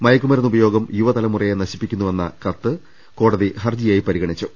മയക്കുമരുന്ന് ഉപ യോഗം യുവതലമുറയെ നശിപ്പിക്കുന്നുവെന്ന കത്ത് കോടതി ഹർജി യായി പരിഗണിച്ചു